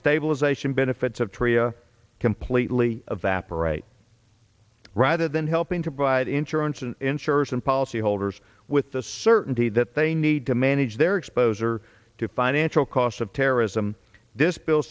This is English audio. stabilization benefits of tria completely evaporate rather than helping to provide insurance and insurers and policyholders with the certainty that they need to manage their exposure to financial cost of terrorism this bill